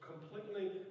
completely